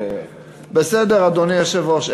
בסדר, אדוני היושב-ראש.